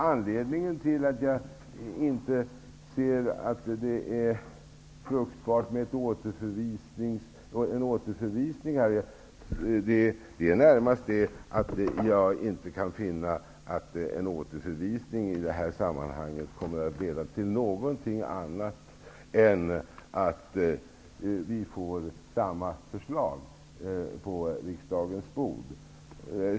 Anledningen till att jag inte ser det som fruktbart med en återförvisning är närmast att jag inte kan finna att en återförvisning i detta sammanhang kommer att leda till någonting annat än att vi får samma förslag på riksdagens bord.